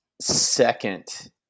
second